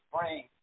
brain